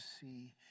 see